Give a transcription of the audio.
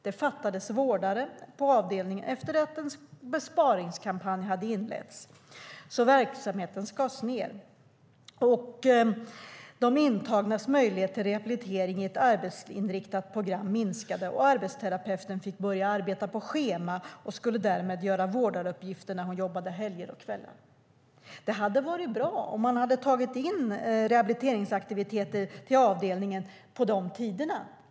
Det fattades vårdare på avdelningen efter att en besparingskampanj hade inletts, så verksamheten skars ned. De intagnas möjlighet till rehabilitering i ett arbetsinriktat program minskade, och arbetsterapeuten fick börja arbeta på schema och skulle därmed göra vårdaruppgifter när hon jobbade helger och kvällar. Det hade varit bra om man tagit in rehabiliteringsaktiviteter till avdelningen på de tiderna.